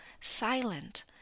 silent